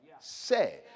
say